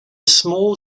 small